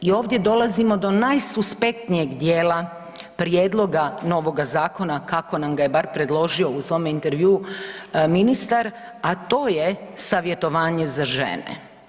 I ovdje dolazimo do najsuspektnijeg dijela prijedloga novoga zakona kako nam ga je bar predložio, u svom intervjuu ministar, a to je savjetovanje za žene.